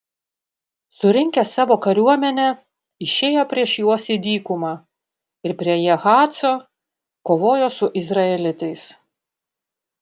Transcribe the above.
surinkęs savo kariuomenę išėjo prieš juos į dykumą ir prie jahaco kovojo su izraelitais